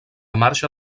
marxa